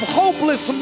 hopeless